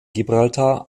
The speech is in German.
gibraltar